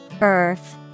Earth